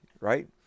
right